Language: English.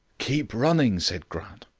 keep running, said grant.